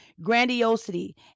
grandiosity